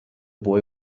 boy